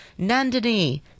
Nandini